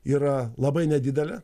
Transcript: yra labai nedidelė